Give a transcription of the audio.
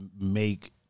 make